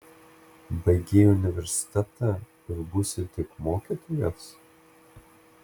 baigei universitetą ir būsi tik mokytojas